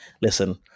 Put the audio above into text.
listen